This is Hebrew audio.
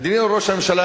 אדוני ראש הממשלה,